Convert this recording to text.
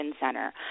center